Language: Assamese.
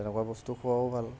তেনেকুৱা বস্তু খোৱাও ভাল